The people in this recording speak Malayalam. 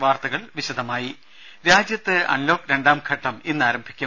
വാർത്തകൾ വിശദമായി രാജ്യത്ത് അൺലോക്ക് രണ്ടാം ഘട്ടം ഇന്ന് ആരംഭിക്കും